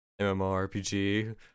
MMORPG